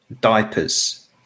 diapers